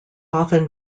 often